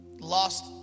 lost